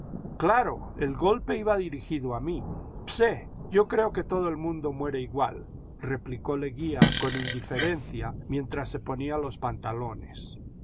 jclaro el golpe iba dirigido a mí pse yo creo que todo el mundo muere igual replicó leguía con indiferencia mientras se ponía los pantalones